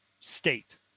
state